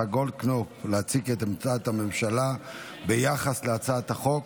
גולדקנופ להציג את עמדת הממשלה ביחס להצעת החוק.